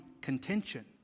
contention